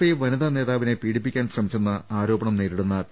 I വനിതാ നേതാവിനെ പീഡിപ്പിക്കാൻ ശ്രമിച്ചെന്ന ആരോപണം നേരിടുന്ന പി